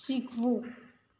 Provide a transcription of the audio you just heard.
શીખવું